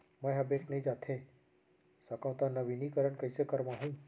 मैं ह बैंक नई जाथे सकंव त नवीनीकरण कइसे करवाहू?